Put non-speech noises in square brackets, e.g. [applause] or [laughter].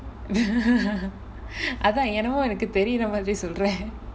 [laughs] அதான் என்னமோ எனக்கு தெரியிற மாதிரி சொல்ற:athaan ennamo enakku theriyira maathiri solra